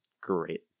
Great